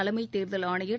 தலைமைத் தேர்தல் ஆணையர்